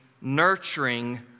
nurturing